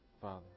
Father